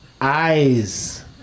Eyes